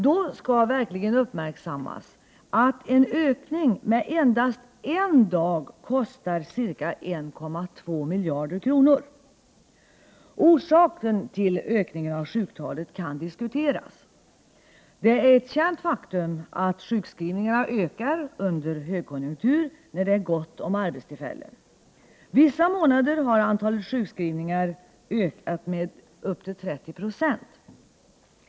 Då skall uppmärksammas att en ökning med endast en dag kostar ca 1,2 miljarder kronor. Orsaken till ökningen av sjuktalet kan diskuteras. Det är ett känt faktum att sjukskrivningarna ökar under en högkonjunktur, när det är gott om arbetstillfällen. Vissa månader har antalet sjukskrivningar ökat med upp till 30 20.